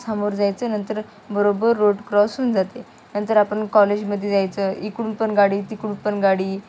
समोर जायचं नंतर बरोबर रोड क्रॉस होऊन जाते नंतर आपण कॉलेजमध्ये जायचं इकडून पण गाडी तिकडून पण गाडी